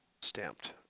Stamped